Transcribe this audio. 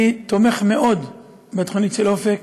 אני תומך מאוד בתוכנית "אופק",